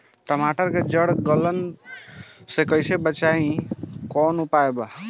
टमाटर के जड़ गलन से कैसे बचाव कइल जा सकत बा?